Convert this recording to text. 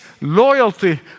loyalty